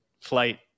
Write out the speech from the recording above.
flight